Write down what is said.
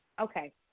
Okay